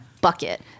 bucket